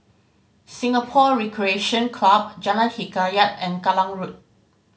Singapore Recreation Club Jalan Hikayat and Kallang Road